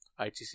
itc